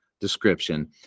description